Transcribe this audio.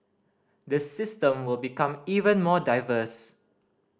the system will become even more diverse